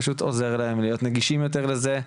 פשוט עוזר להם להיות נגישים יותר לזה.